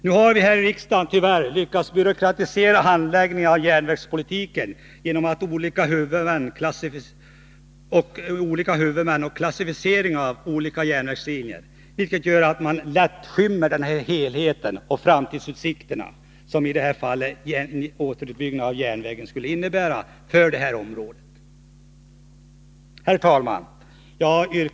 Nu har vi här i riksdagen tyvärr lyckats byråkratisera handläggningen av järnvägspolitiken genom organisationen med olika huvudmän och klassificeringen av järnvägslinjer, vilket gör att helheten lätt skyms. Man ser inte heller de framtidsutsikter som i detta fall en återuppbyggnad av järnvägen skulle innebära för detta område. Herr talman!